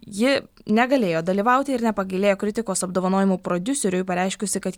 ji negalėjo dalyvauti ir nepagailėjo kritikos apdovanojimų prodiuseriui pareiškusi kad